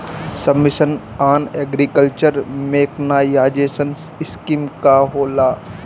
सब mission on agriculture mechanisation scheme का होला?